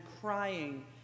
crying